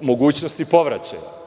mogućnosti povraćaja.